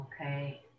Okay